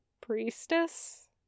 priestess